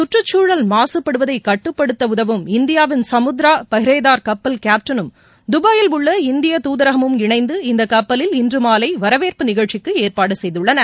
கற்றுச்சூழல் மாசுபடுவதை கட்டுப்படுத்த உதவும் இந்தியாவின் சமுத்ரா பஹ்ரேதார் கப்பல் கேப்டனும் தபாயில் உள்ள இந்தியத் தூதரகமும் இணைந்து இந்த கப்பலில் இன்று மாலை வரவேற்பு நிகழ்ச்சி ஏற்பாடு செய்துள்ளன